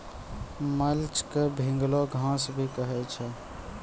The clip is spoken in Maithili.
मल्च क भींगलो घास भी कहै छै